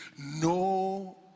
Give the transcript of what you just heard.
no